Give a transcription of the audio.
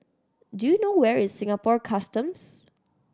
do you know where is Singapore Customs